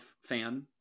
fan